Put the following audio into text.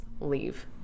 leave